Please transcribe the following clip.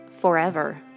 forever